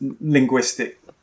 linguistic